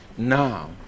Now